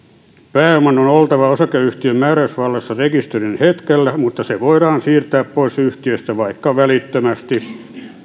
pääoman on oltava osakeyhtiön määräysvallassa rekisteröinnin hetkellä mutta se voidaan siirtää pois yhtiöstä vaikka välittömästi